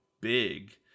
big